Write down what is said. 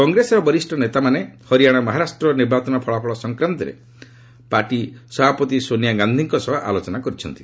କଂଗ୍ରେସର ବରିଷ୍ଠ ନେତାମାନେ ହରିଆଣା ମହାରାଷ୍ଟ୍ର ନିର୍ବାଚନ ଫଳାଫଳ ସଂକ୍ରାନ୍ତରେ ପାର୍ଟିସଭାପତି ସୋନିଆ ଗାନ୍ଧିଙ୍କ ସହ ଆଲୋଚନା କରିଛନ୍ତି